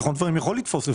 זיכרון דברים יכול לתפוס.